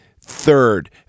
Third